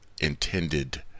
intended